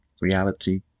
reality